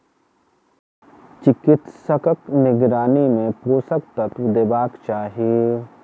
चिकित्सकक निगरानी मे पोषक तत्व देबाक चाही